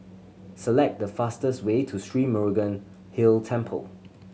select the fastest way to Sri Murugan Hill Temple